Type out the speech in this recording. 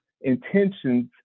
intentions